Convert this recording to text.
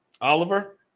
Oliver